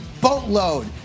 boatload